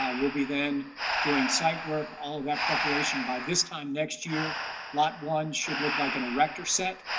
ah will be then doing site work all that preparation. by this time next year lot one should look like an erector set,